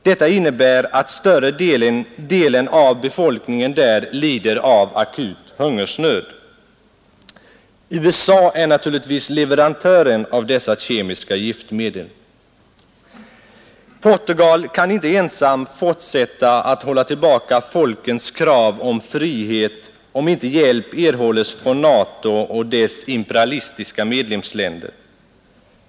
Detta innebär att större delen av befolkningen där lider av akut hungersnöd. USA är naturligtvis leverantören av dessa kemiska giftmedel. Portugal kan inte ensamt fortsätta att hålla tillbaka folkens krav om frihet, om inte hjälp erhålles från NATO och dess imperialistiska medlemsländer.